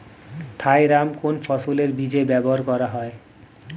Thiram কোন ফসলের বীজে ব্যবহার করা হয়?